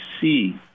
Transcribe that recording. see